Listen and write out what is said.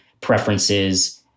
preferences